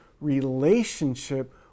relationship